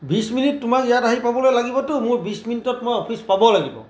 বিছ মিনিট তোমাক ইয়াত আহি পাবলৈ লাগিবতো মোৰ বিছ মিনিটত মই অফিচ পাব লাগিব